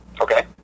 Okay